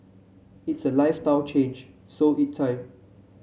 it's a lifestyle change so it time